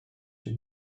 she